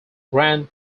grand